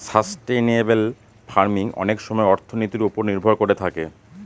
sustainable farming অনেক সময় অর্থনীতির ওপর নির্ভর করে থাকে